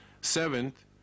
seventh